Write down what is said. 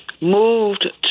moved